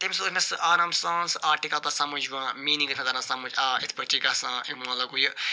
تٔمۍ سوٗز مےٚ سُہ آرام سان سُہ آرٹِکَل پَتہٕ سَمجھ میٖنِنٛگ تران سَمجھ آ یِتھ پٲٹھۍ چھِ گَژھان اَمیُک مَطلَب گوٚو یہِ